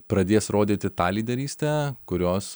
pradės rodyti tą lyderystę kurios